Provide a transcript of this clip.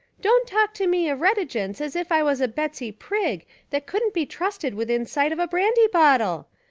don't talk to me of retigence as if i was a betsy prigg that couldn't be trusted within sight of a brandy bottle.